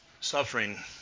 Suffering